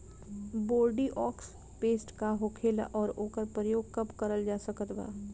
Bordeaux paste का होखेला और ओकर प्रयोग कब करल जा सकत बा?